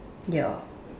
ya